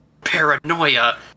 Paranoia